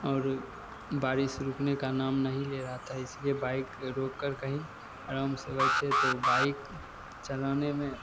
और बारिश रुकने का नाम नहीं ले रहा था इसलिए बाइक रोक कर कहीं अराम से बैठे तो बाइक चलाने में